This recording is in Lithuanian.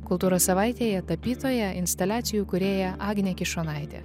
kultūros savaitėje tapytoja instaliacijų kūrėja agnė kišonaitė